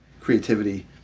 creativity